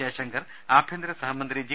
ജയശങ്കർ ആഭ്യന്തര സഹമന്ത്രി ജി